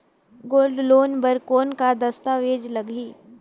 Gold loan बर कौन का दस्तावेज लगही?